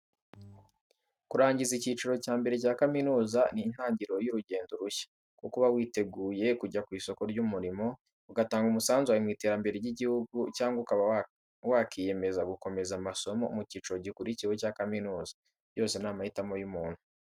Kurangiza icyiciro cya mbere cya kaminuza ni intangiriro y'urugendo rushya, kuko uba witeguye kujya ku isoko ry'umurimo, ugatanga umusanzu wawe mu iterambere ry'igihugu cyangwa ukaba wakiyemeza gukomeza amasomo mu cyiciro gikurikiyeho cya kaminuza, byose ni amahitamo y'umuntu.